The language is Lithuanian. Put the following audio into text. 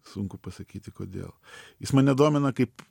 sunku pasakyti kodėl jis mane domina kaip